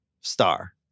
star